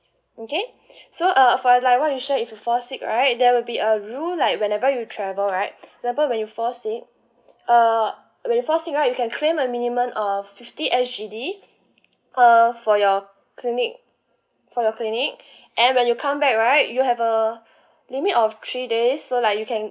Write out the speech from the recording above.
okay so uh for like what you say if you fall sick right there will be a rule like whenever you travel right example when you fall sick uh when you fall sick right you can claim a minimum of fifty S_G_D uh for your clinic for your clinic and when you come back right you have a limit of three days so like you can